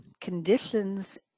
conditions